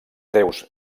déus